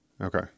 Okay